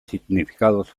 significados